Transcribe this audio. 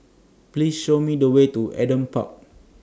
Please Show Me The Way to Adam Park